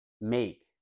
make